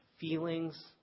feelings